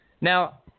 Now